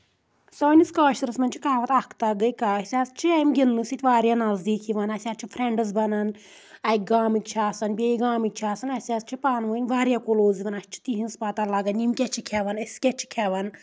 سٲنِس کٲشرِس منٛز چھِ کہاوت اکھ تہٕ اکھ گٔے کاہ أسۍ حظ چھِ امہِ گِنٛدنہٕ سۭتۍ واریاہ نزدیٖک یِوان اَسہِ حظ چھِ فرٛؠنٛڈٕز بَنان اَکہِ گامٕکۍ چھِ آسان بیٚیہِ گامٕکۍ چھِ آسان اَسہِ حظ چھِ پانہٕ ؤنۍ واریاہ کٔلوز یِوان اَسہِ چھِ تِہنٛز پتہ لاگان یِم کیاہ چھِ کھؠوان أسۍ کیاہ چھِ کھؠوان